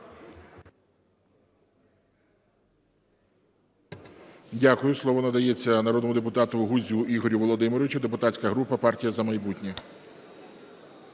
Дякую. Слово надається народному депутату Гузю Ігорю Володимировичу, депутатська група "Партія "За майбутнє".